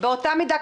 באותה מידה,